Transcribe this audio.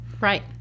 Right